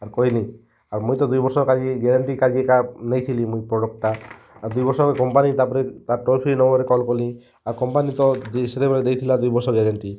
ଆରୁ କହିଲି ଆଉ ମୁଇଁ ତ ଦୁଇ ବର୍ଷ ପାଇଁ ଗ୍ୟାରେଣ୍ଟି କାର୍ଯ୍ୟେ କାର୍ଡ଼ ନେଇଁ ଥିଲିଁ ମୁଇଁ ପ୍ରଡ଼କ୍ଟଟା ଆଉ ଦୁଇ ବର୍ଷ କମ୍ପାନୀ ତାପରେ ତା'ର ଟୋଲ୍ ଫ୍ରି ନମ୍ବରରେ ଫୋନ୍ କଲି ଆଉ କମ୍ପାନୀ ତ ବେଳେ ଦେଇଥଲା ଦୁଇ ବର୍ଷ ଗ୍ୟାରେଣ୍ଟି